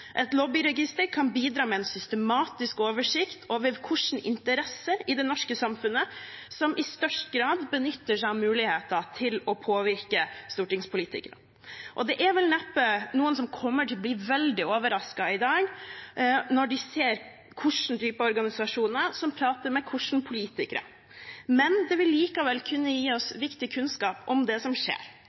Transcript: Et lobbyregister kan bidra med en systematisk oversikt over hvilke interesser i det norske samfunnet som i størst grad benytter seg av muligheten til å påvirke stortingspolitikerne. Det er neppe noen som kommer til å bli veldig overrasket i dag når de ser hvilken type organisasjoner som prater med hvilke politikere, men det vil likevel kunne gi oss viktig kunnskap om det som skjer,